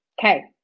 Okay